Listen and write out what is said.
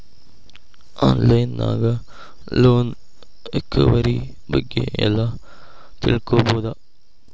on line ನ್ಯಾಗ loan recovery ಬಗ್ಗೆ ಎಲ್ಲಾ ತಿಳ್ಕೊಬೊದು